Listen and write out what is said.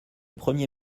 premier